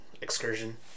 excursion